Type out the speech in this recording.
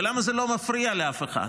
למה זה לא מפריע לאף אחד?